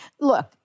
Look